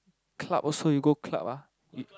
club also you go club ah